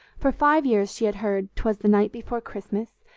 for five years she had heard twas the night before christmas,